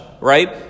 Right